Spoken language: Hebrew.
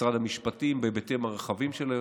משרד המשפטים בהיבטים היותר-רחבים שלו,